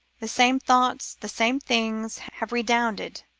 the same thoughts, the same things, have redounded